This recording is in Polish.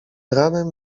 ranem